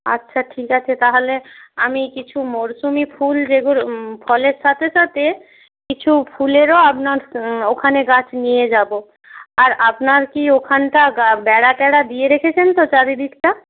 আচ্ছা ঠিক আছে তাহলে আমি কিছু মরশুমি ফুল যেগুলো ফলের সাথে সাথে কিছু ফুলেরও আপনার ওখানে গাছ নিয়ে যাব আর আপনার কি ওখানটা বেড়া টেড়া দিয়ে রেখেছেন তো চারিদিকটা